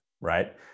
right